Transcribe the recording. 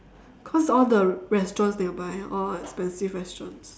because all the restaurants nearby all expensive restaurants